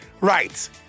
right